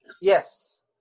Yes